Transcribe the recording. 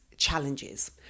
challenges